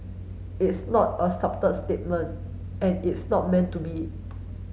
it's not a subtle statement and it's not meant to be